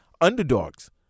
underdogs